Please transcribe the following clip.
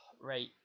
right